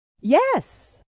Yes